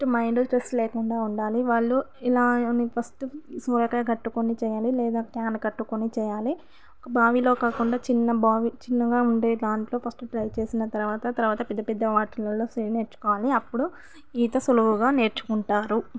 first mind stress లేకుండా ఉండాలి వాళ్ళు ఇలా అని ఫస్ట్ సొరకాయ కట్టుకొని చేయాలి లేదా కెన్ కట్టుకొని చేయాలి బావిలో కాకుండా చిన్నబావి చిన్నగా ఉండే దాంట్లో ఫస్ట్ ట్రై చేసిన తర్వాత తర్వాత పెద్ద పెద్ద వాటిలలో స్విమ్ నేర్చుకోవాలి అప్పుడు ఈత సులువుగా నేర్చుకుంటారు